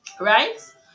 Right